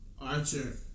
Archer